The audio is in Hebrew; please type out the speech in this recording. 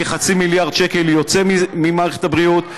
כחצי מיליארד שקל יוצאים ממערכת הבריאות.